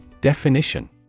Definition